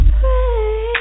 pray